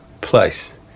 place